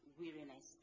weariness